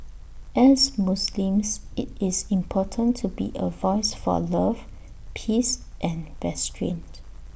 as Muslims IT is important to be A voice for love peace and restraint